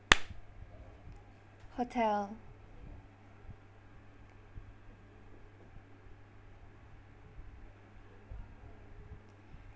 hotel